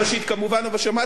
אבל שמעתי את כל האופוזיציה,